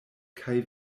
kaj